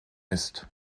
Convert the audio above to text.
ist